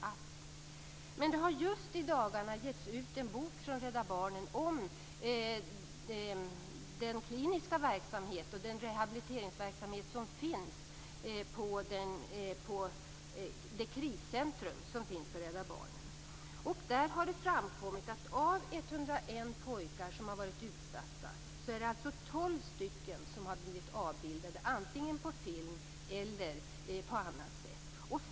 Rädda Barnen har just i dagarna gett ut en bok om den kliniska verksamhet och den rehabiliteringsverksamhet som bedrivs på Rädda Barnens kriscentrum. Där har det framkommit att av 101 pojkar som har varit utsatta har tolv blivit avbildade, antingen på film eller på annat sätt.